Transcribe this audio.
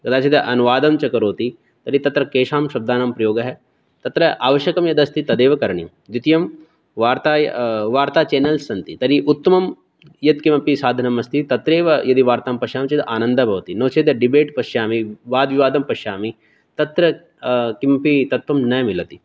कदाचित् अनुवादं च करोति तर्हि तत्र केषां शब्दानां प्रयोगः तत्र आवश्यकं यदस्ति तदेव करणीयं द्वितीयं वार्ता वार्ता चेनल्स् सन्ति तर्हि उत्तमं यद् किमपि साधनमस्ति तत्रैव यदि वार्तां पश्यामः चेत् आनन्दः भवति नो चेत् डिबेट् पश्यामि वादविवादं पश्यामि तत्र किमपि तत्त्वं न मिलति